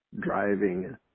driving